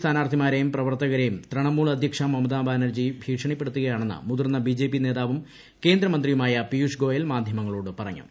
സ്ഥാനാർത്ഥിമാരെയും പ്രവർത്തകരെയും തൃണമൂൽ അദ്ധ്യക്ഷ മമത ബാനർജി ഭീഷണിപ്പെടുത്തുകയാണെന്ന് മുതിർന്ന ബി ജെ പി നേതാവും കേന്ദ്രമന്ത്രിയുമായ പിയൂഷ് ഗോയൽ മാധ്യമങ്ങളോട് പറഞ്ഞു